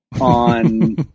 on